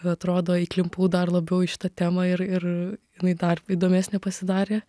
atrodo įklimpau dar labiau į šitą temą ir ir jinai dar įdomesnė pasidarė